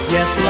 Yes